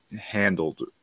handled